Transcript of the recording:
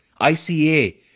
ICA